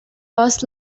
past